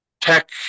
tech